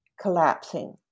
collapsing